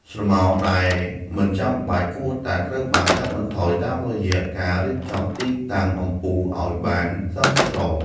ស្រមោលដែលមិនចាំបាច់គួរតែត្រូវបានកាត់បន្ថយតាមរយៈការរៀបចំទីតាំងអំពូលឱ្យបានសមស្រប។